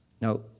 Now